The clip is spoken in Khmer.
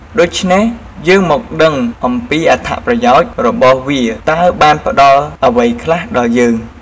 ដូច្នេះយើងមកដឹងអំពីអត្ថប្រយោជន៍របស់វាតើបានផ្ដល់អ្វីខ្លះដល់យើង។